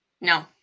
No